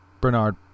Bernard